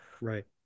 Right